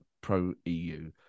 pro-EU